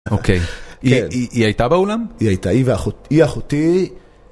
אוקיי, היא, היא, היא הייתה באולם? היא הייתה, היא ואחות..היא אחותי